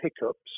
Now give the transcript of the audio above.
hiccups